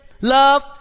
love